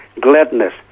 gladness